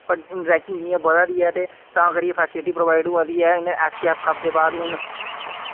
but हुन ranking जियां बधा दी ऐ ते तां करियै फैसिलिटी प्रोवाइड होआ दी ऐ इनें एचसीएफ कप दे बाद हुन